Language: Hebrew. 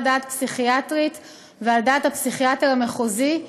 דעת פסיכיאטריות ועל דעת הפסיכיאטר המחוזי,